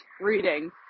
reading